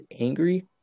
angry